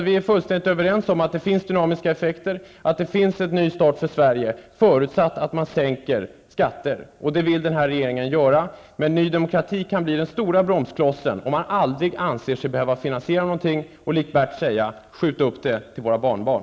Vi är fullständigt överens om att det finns dynamiska effekter och att det kan bli en ny start för Sverige, förutsatt att man sänker skatter. Det vill regeringen göra, men Ny Demokrati kan bli den stora bromsklossen, om man aldrig anser sig behöva finansiera någonting utan likt Bert Karlsson säger: Skjut upp det till våra barnbarn!